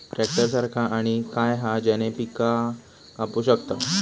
Tractor सारखा आणि काय हा ज्याने पीका कापू शकताव?